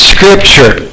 Scripture